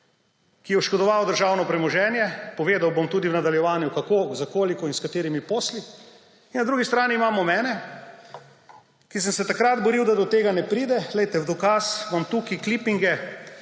ki je oškodoval državno premoženje – povedal bom tudi v nadaljevanju kako, za koliko in s katerimi posli – in na drugi strani imamo mene, ki sem se takrat boril, da do tega ne pride. Poglejte, v dokaz imam tukaj klipinge